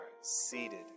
seated